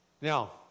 Now